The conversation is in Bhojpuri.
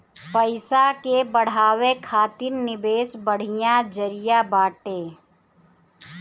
पईसा के बढ़ावे खातिर निवेश बढ़िया जरिया बाटे